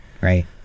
Right